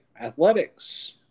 Athletics